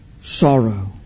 sorrow